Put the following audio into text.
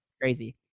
crazy